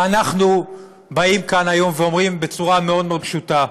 ואנחנו באים כאן היום ואומרים בצורה מאוד מאוד פשוטה: